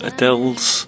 Adele's